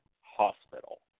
hospital